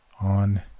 on